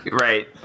Right